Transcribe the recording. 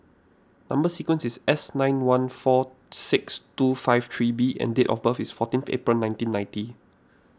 Number Sequence is S nine one four six two five three B and date of birth is fourteen April nineteen ninety